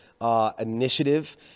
Initiative